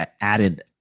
added